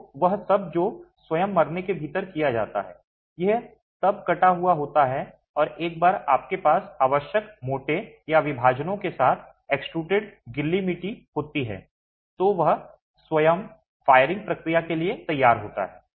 तो वह सब जो स्वयं मरने के भीतर किया जाता है ये तब कटा हुआ होता है और एक बार आपके पास आवश्यक मोटे या विभाजनों के साथ एक्सट्रूडेड गीली मिट्टी होती है तो यह स्वयं फायरिंग प्रक्रिया के लिए तैयार होता है